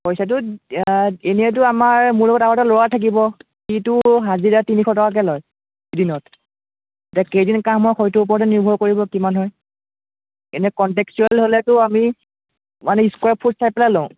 পইচাটো এনেটো আমাৰ মোৰ লগত আৰু এটা ল'ৰা থাকিব সিটো হাজিৰা তিনিশ টকাকে লয় এদিনত এতিয়া কেইদিন কাম হয় সেইটোৰ ওপৰতে নিৰ্ভৰ কৰিব কিমান হয় এনেই কণ্টেক্সচুৱেল হ'লেতো আমি মানে স্কুয়াৰ ফুট চাই পেলাই লওঁ